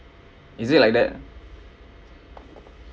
is it like that